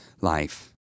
life